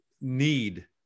need